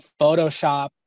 photoshop